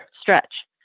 stretch